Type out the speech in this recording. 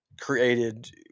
Created